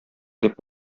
дип